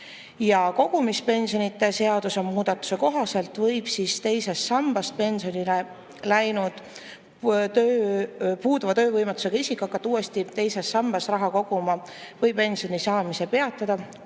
Kogumispensionide seaduse muudatuse kohaselt võib pensionile läinud puuduva töövõimetusega isik hakata uuesti teises sambas raha koguma või pensioni saamise peatada,